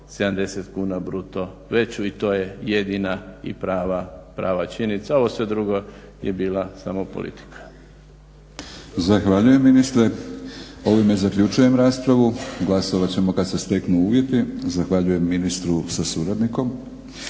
170 kuna bruto veću i to je jedina i prava činjenica. Ovo sve drugo je bila samo politika.